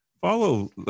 Follow